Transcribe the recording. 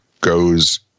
goes